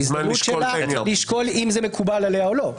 אתם העברתם עכשיו תקציב ללא שום בשורה חברתית.